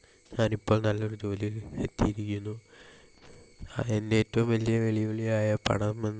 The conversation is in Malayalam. ഞാനിപ്പം നല്ലൊരു ജോലിയില് എത്തിയിരിക്കുന്നു അത് എൻ്റെ ഏറ്റവും വലിയ വെല്ലുവിളിയായ പണം എന്ന